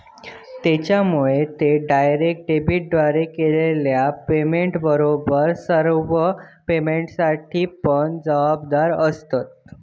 त्येच्यामुळे ते डायरेक्ट डेबिटद्वारे केलेल्या पेमेंटबरोबर सर्व पेमेंटसाठी पण जबाबदार आसंत